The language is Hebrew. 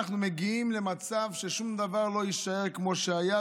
אנחנו מגיעים למצב ששום דבר לא יישאר כמו שהיה,